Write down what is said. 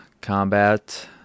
combat